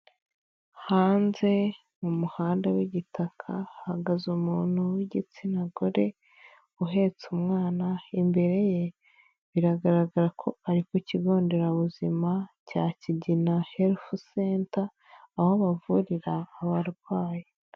Hanze mu muhanda w'igitaka hagaze umuntu w'igitsina gore uhetse umwana, imbere ye biragaragara ko ari ku kigo nderabuzima cya Kigina herifu senta aho bavurira abarwayi.